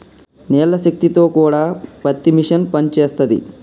నీళ్ల శక్తి తో కూడా పత్తి మిషన్ పనిచేస్తది